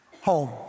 Home